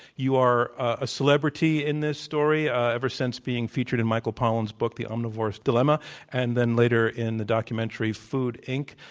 you are a celebrity in this story ah ever since being featured in michael pollan's book the omnivore's dilemma and then later in the documentary food, inc.